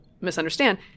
misunderstand